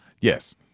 Yes